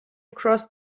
across